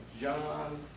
John